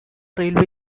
railway